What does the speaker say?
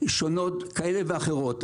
שונות כאלה ואחרות.